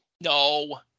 No